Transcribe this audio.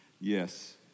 Yes